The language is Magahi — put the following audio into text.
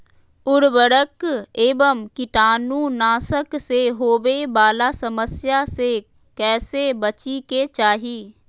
उर्वरक एवं कीटाणु नाशक से होवे वाला समस्या से कैसै बची के चाहि?